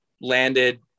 landed